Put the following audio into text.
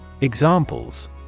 Examples